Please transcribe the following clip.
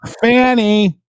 Fanny